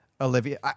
Olivia